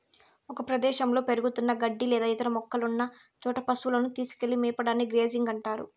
ఒక ప్రదేశంలో పెరుగుతున్న గడ్డి లేదా ఇతర మొక్కలున్న చోట పసువులను తీసుకెళ్ళి మేపడాన్ని గ్రేజింగ్ అంటారు